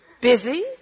Busy